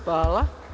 Hvala.